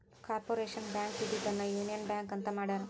corporation bank ಇದ್ದಿದ್ದನ್ನ union bank ಅಂತ ಮಾಡ್ಯಾರ